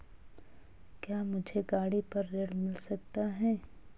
क्या मुझे गाड़ी पर ऋण मिल सकता है?